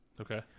Okay